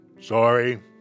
Sorry